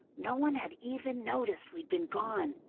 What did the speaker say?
no one had even noticed we'd been gone.